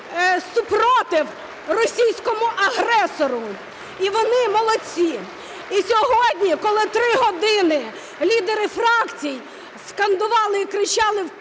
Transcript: супротив російському агресору. (Оплески) І вони молодці! І сьогодні, коли 3 години лідери фракцій скандували і кричали